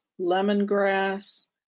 lemongrass